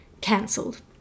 cancelled